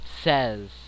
says